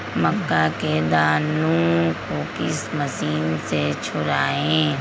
मक्का के दानो को किस मशीन से छुड़ाए?